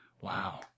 wow